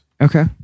Okay